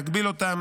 להגביל אותם